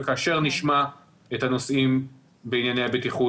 וכאשר נשמע את הפרטים בענייני הבטיחות